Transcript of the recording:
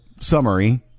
summary